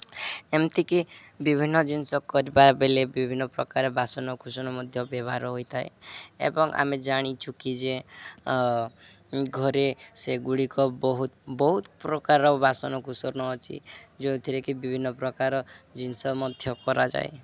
ଏମିତିକି ବିଭିନ୍ନ ଜିନିଷ କରିବା ବେଲେ ବିଭିନ୍ନ ପ୍ରକାର ବାସନ କୁସନ ମଧ୍ୟ ବ୍ୟବହାର ହୋଇଥାଏ ଏବଂ ଆମେ ଜାଣିଛୁ କି ଯେ ଘରେ ସେଗୁଡ଼ିକ ବହୁତ ବହୁତ ପ୍ରକାରର ବାସନକୁସନ ଅଛି ଯେଉଁଥିରେ କି ବିଭିନ୍ନ ପ୍ରକାର ଜିନିଷ ମଧ୍ୟ କରାଯାଏ